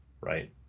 right